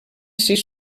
sis